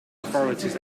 authorities